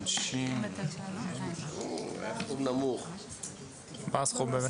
מה הסכום?